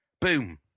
Boom